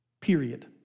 Period